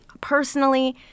personally